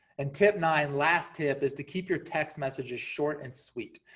and tip nine, last tip is to keep your text messages short and sweet.